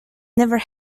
never